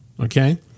Okay